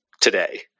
today